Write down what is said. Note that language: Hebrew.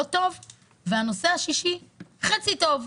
ובנושא השישי חצי טוב.